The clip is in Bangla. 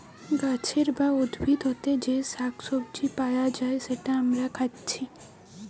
গাছের বা উদ্ভিদ হোতে যে শাক সবজি পায়া যায় যেটা আমরা খাচ্ছি